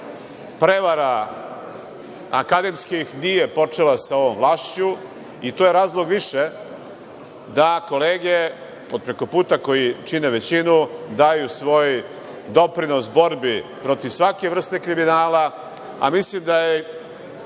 prevara akademskih, nije počela sa ovom vlašću i to je razlog više da kolege od prekoputa, koji čine većinu, daju svoj doprinos borbi protiv svake vrste kriminala. Mislim da je